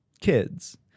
kids